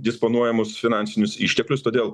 disponuojamus finansinius išteklius todėl